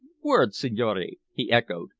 words, signore! he echoed.